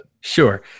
Sure